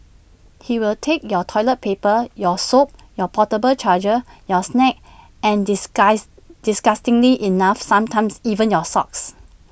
he will take your toilet paper your soap your portable charger your snacks and disguise disgustingly enough sometimes even your socks